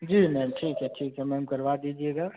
जी ma'am ठीक है ठीक है मैम करवा दीजिएगा